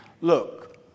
look